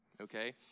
okay